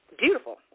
beautiful